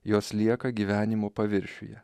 jos lieka gyvenimo paviršiuje